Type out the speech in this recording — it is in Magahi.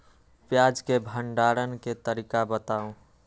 प्याज के भंडारण के तरीका बताऊ?